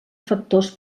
factors